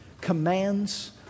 commands